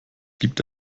gibt